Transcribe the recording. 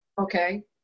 Okay